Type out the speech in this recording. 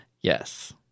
Yes